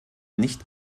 nicht